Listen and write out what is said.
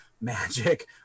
magic